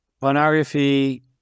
Pornography